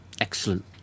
Excellent